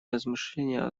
размышления